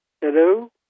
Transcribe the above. Hello